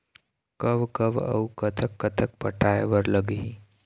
कब कब अऊ कतक कतक पटाए बर लगही